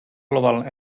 global